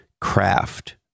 Craft